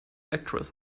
actress